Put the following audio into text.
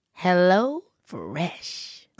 HelloFresh